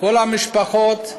כל המשפחות,